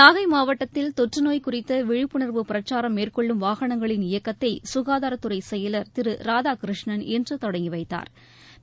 நாகை மாவட்டத்தில் தொற்று நோய் குறித்த விழிப்புணர்வு பிரச்சாரம் மேற்கொள்ளும் வாகனங்களின் இயக்கத்தை சுகாதாரத்துறை செயலர் திரு ராதாகிருஷ்ணன் இன்று தொடங்கி வைத்தாா்